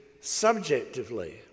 subjectively